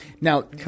Now